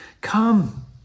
Come